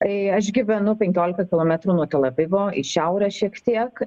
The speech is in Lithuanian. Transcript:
tai aš gyvenu penkiolika kilometrų nuo tel avivo į šiaurę šiek tiek